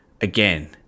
again